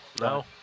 No